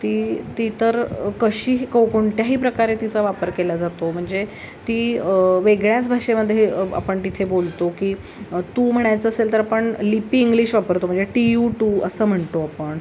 ती ती तर कशीही कोणत्याही प्रकारे तिचा वापर केला जातो म्हणजे ती वेगळ्याच भाषेमध्ये आपण तिथे बोलतो की तू म्हणायचं असेल तर आपण लिपी इंग्लिश वापरतो म्हणजे टी यू टू असं म्हणतो आपण